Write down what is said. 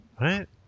Right